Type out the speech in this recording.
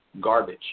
garbage